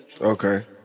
Okay